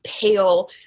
pale